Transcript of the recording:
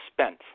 spent